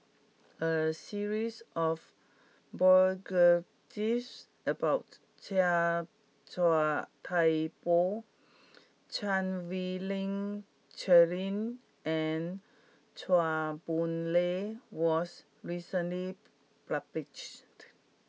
a series of about Chia Thye Poh Chan Wei Ling Cheryl and Chua Boon Lay was recently published